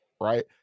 right